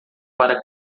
para